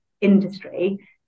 industry